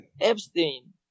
Epstein